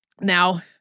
now